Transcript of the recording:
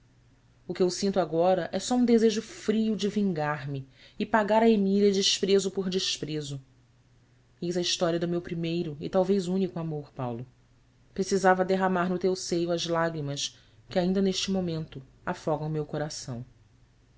o que eu sinto agora é só um desejo frio de vingar me e pagar a emília desprezo por desprezo eis a história do meu primeiro e talvez único amor paulo precisava derramar no teu seio as lágrimas que ainda neste momento afogam meu coração